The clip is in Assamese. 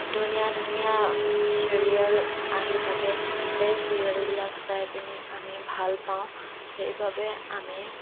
ধুনীয়া ধুনীয়া ছিৰিয়েল আহি থাকে সেই ছিৰিয়েলবিলাক চাই পিনি আমি ভাল পাওঁ সেইবাবে আমি